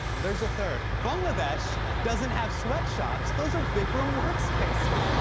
there's a third. bangladesh doesn't have sweatshops. those are bikram work spaces.